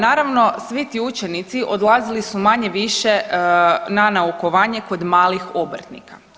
Naravno svi ti učenici odlazili su manje-više na naukovanje kod malih obrtnika.